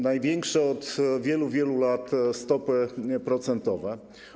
Największe od wielu, wielu lat stopy procentowe.